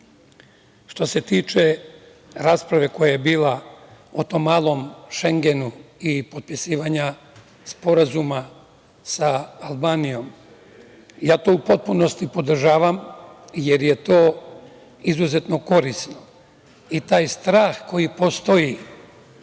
se tiče rasprava koja je bila o tom Malom Šengenu i potpisivanja sporazuma sa Albanijom, ja to u potpunosti podržavam jer je to izuzetno korisno i taj strah koji postoji